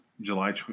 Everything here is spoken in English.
July